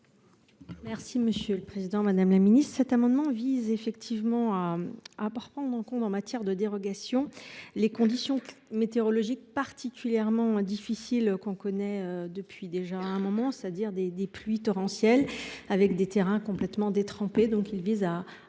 de loi. Monsieur le président, madame la ministre,